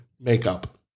Makeup